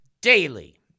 Daily